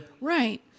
Right